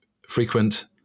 frequent